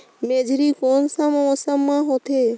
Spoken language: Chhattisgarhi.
मेझरी कोन सा मौसम मां होथे?